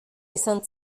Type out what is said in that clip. izan